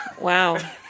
Wow